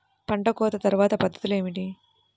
పంట కోత తర్వాత పద్ధతులు ఏమిటి?